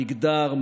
מגדר,